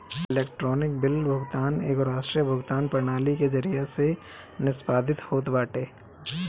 electronic bill भुगतान एगो राष्ट्रीय भुगतान प्रणाली के जरिया से निष्पादित होत बाटे